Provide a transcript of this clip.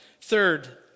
Third